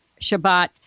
Shabbat